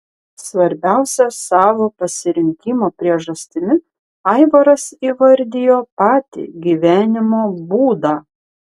svarbiausia savo pasirinkimo priežastimi aivaras įvardijo patį gyvenimo būdą